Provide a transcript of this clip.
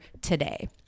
today